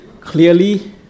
clearly